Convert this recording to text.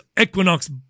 Equinox